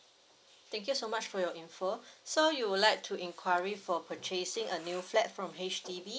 thank you so much for your info so you would like to enquiry for purchasing a new flat from H_D_B